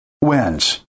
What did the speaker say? wins